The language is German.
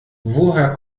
woher